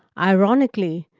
ironically,